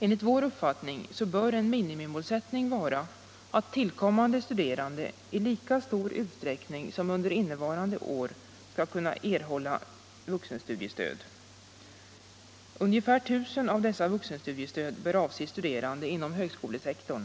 Enligt vår uppfattning bör en minimimålsättning vara att tillkommande studerande i lika stor utsträckning som under innevarande läsår skall kunna erhålla vuxenstudiestöd. Ungefär 1000 av dessa vuxenstudiestöd bör avse studerande inom högskolesektorn.